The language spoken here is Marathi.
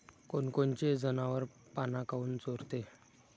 कोनकोनचे जनावरं पाना काऊन चोरते?